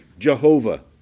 Jehovah